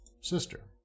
sister